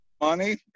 money